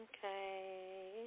Okay